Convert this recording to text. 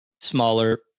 smaller